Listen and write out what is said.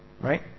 right